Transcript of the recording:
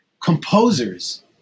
composers